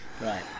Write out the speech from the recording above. Right